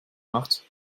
macht